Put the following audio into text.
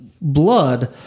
blood